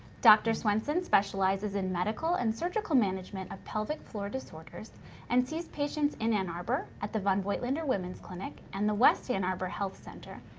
dr. swenson specializes in medical and surgical management of pelvic floor disorders and sees patients in ann arbor at the von voigtlander women's clinic and the west ann arbor health center,